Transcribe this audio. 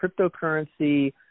cryptocurrency